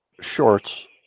shorts